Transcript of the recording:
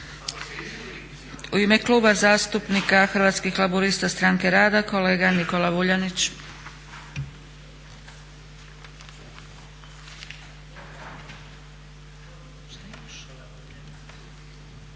U ime Kluba zastupnika Hrvatskih laburista-Stranke rada kolega Nikola Vuljanić.